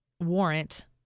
warrant